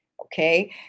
Okay